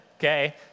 okay